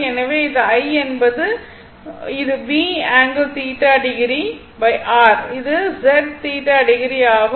எனவே இது i எனவே இது V∠θo R இது Z ∠θo ஆகும்